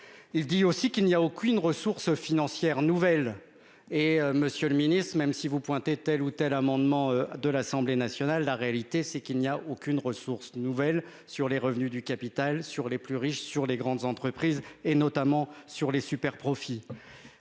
Il dit aussi qu'il n'y a aucune ressource financière nouvelle. Et Monsieur le Ministre, même si vous pointez tel ou tel amendements de l'Assemblée nationale, la réalité c'est qu'il n'y a aucune ressource nouvelle sur les revenus du capital sur les plus riches sur les grandes entreprises, et notamment sur les superprofits.